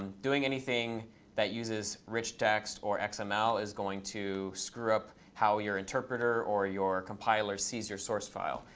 doing anything that uses rich text or xml is going to screw up how your interpreter, or your compiler, sees your source file.